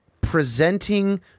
presenting